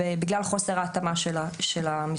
כמובן בגלל חוסר ההתאמה של המסגרת.